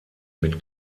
mit